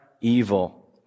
evil